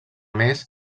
més